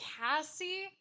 Cassie